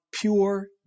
pure